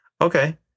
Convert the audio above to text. Okay